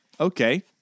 Okay